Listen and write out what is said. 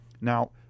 Now